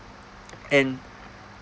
and